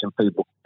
people